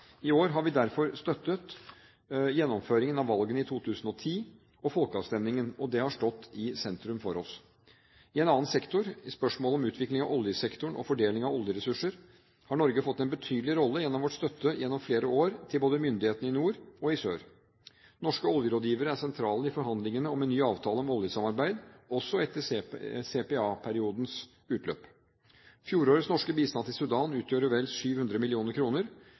I år har vi derfor støttet gjennomføringen av valgene i 2010 og folkeavstemningen, og det har stått i sentrum for oss. I en annen sektor, i spørsmålet om utvikling av oljesektoren og fordeling av oljeressurser, har Norge fått en betydelig rolle gjennom vår støtte gjennom flere år til både myndighetene i nord og i sør. Norske oljerådgivere er sentrale i forhandlingene om en ny avtale om oljesamarbeid også etter CPA-periodens utløp. Fjorårets norske bistand til Sudan utgjorde vel 700